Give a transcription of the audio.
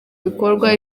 bikorwa